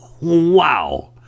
Wow